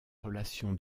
relation